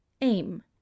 Aim